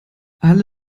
alle